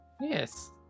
Yes